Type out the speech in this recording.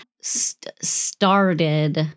Started